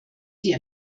die